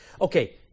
Okay